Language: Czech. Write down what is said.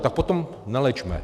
Tak potom neléčme.